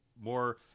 more